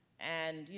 and, you